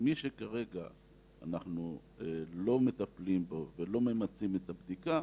מי שכרגע אנחנו לא מטפלים בו ולא ממצים את הבדיקה,